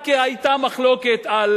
רק היתה מחלוקת על,